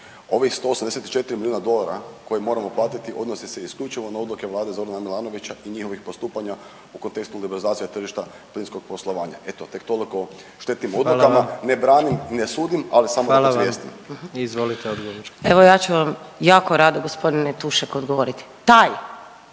Ovih 184 milijuna dolara koje moramo platiti odnose se isključivo na odluke vlade Zorana Milanovića i njihovih postupanja u kontekstu liberalizacije tržišta plinskog poslovanja. Eto tek toliko o štetnim odlukama …/Upadica: Hvala vam./… ne branim i ne sudim ali samo da podsvjestim. **Jandroković, Gordan (HDZ)** Izvolite odgovor. **Benčić, Sandra (Možemo!)** Evo ja ću vam jako rado gospodine Tušek odgovoriti. Taj,